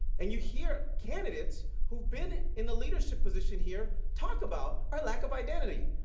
and you hear candidates who have been in the leadership position here talk about our lack of identity.